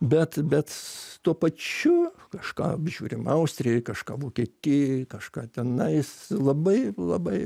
bet bet tuo pačiu kažką apžiūrim austrijoj kažką vokietijoj kažką tenais labai labai